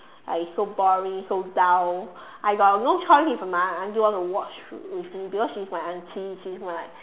like so boring so dull I got no choice if my auntie wants to watch with me because she is my auntie she my like